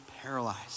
paralyzed